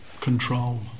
control